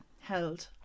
held